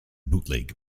bootleg